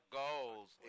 goals